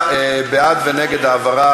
איפה שיש יכולת, העבודה והרווחה,